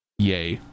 Yay